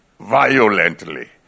violently